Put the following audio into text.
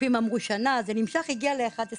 הרופאים אמרו שנה וזה נמשך והגיע ל-11 שנים.